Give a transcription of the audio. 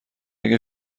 اگه